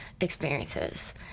experiences